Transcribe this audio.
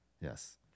Yes